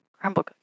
crumble